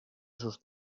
sus